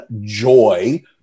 joy